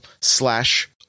slash